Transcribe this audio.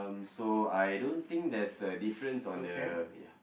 um so I don't think there's a difference on the ya